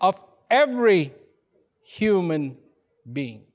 of every human being